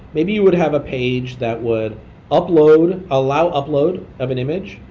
maybe you would have a page that would upload, allow upload of an image,